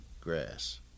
grass